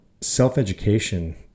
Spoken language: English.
self-education